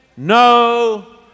no